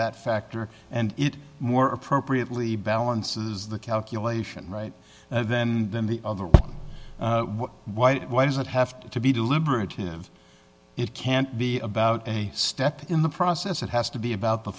that factor and it more appropriately balances the calculation right then and then the other one why why does it have to be deliberative it can't be about a step in the process it has to be about the